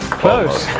close!